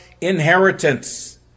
inheritance